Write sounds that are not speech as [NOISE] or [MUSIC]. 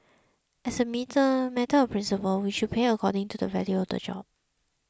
as a [UNINTELLIGIBLE] matter of principle we should pay according to the value of the job